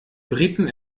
briten